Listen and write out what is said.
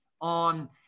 on